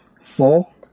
Four